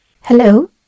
Hello